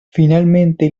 finalmente